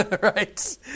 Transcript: Right